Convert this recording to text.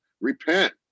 repent